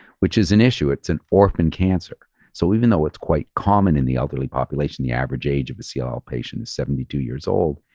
which is an issue. it's an orphan cancer, so even though it's quite common in the elderly population, the average age of a cll ah patient is seventy two years old.